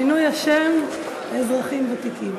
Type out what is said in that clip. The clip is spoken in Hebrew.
לשינוי השם ל"אזרחים ותיקים".